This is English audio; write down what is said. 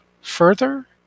further